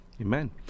Amen